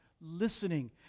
listening